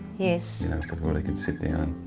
yes. you know everybody can sit down,